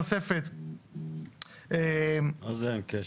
מה זה אין קשר?